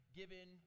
given